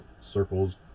circles